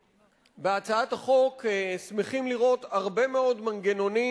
בהצעת החוק אנחנו שמחים לראות הרבה מאוד מנגנונים